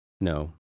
No